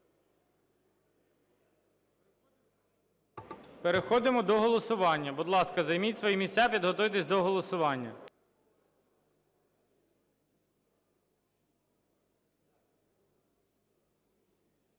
Переходимо до голосування. Будь ласка, займіть свої місця, підготуйтеся до голосування.